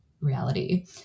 reality